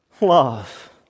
love